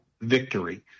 victory